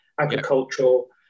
agricultural